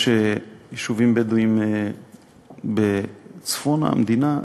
יש יישובים בדואיים בצפון המדינה,